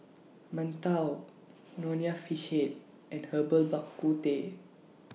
mantou Nonya Fish Head and Herbal Bak Ku Teh